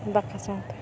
ᱫᱟᱠᱟ ᱥᱟᱶᱛᱮ